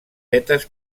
vetes